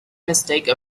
mistake